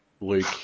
Luke